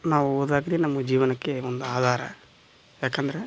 ನಾವು ಹೋದಾಗ್ರಿ ನಮ್ಮ ಜೀವನಕ್ಕೆ ಒಂದು ಆಧಾರ ಯಾಕಂದರೆ